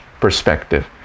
perspective